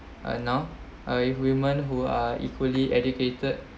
uh now uh if women who are equally educated